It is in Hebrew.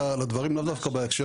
לדברים, לאו דווקא בהקשר.